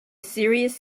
serious